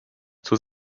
zur